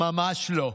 ממש לא.